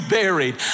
buried